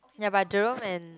ya but Jerome and